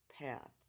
path